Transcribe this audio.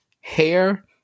hair